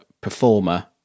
performer